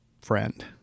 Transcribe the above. friend